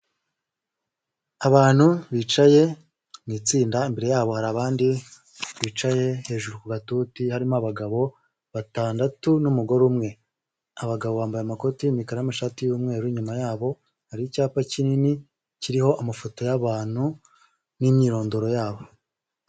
Abantu bicaye mu itsinda, imbere yabo hari abandi bicaye hejuru ku gatuti harimo abagabo batandatu n'umugore umwe. Abagabo bambaye amakoti y'imikara n'amashati y'umweru, inyuma yabo hari icyapa kinini kiriho amafoto y'abantu n'imyirondoro yabo.